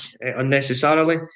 unnecessarily